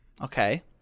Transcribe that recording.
okay